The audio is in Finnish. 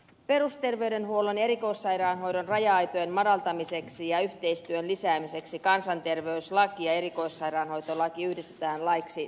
perusterveydenhuollon ja erikoissairaanhoidon raja aitojen madaltamiseksi ja yhteistyön lisäämiseksi kansanterveyslaki ja erikoissairaanhoitolaki yhdistetään laiksi terveydenhuollosta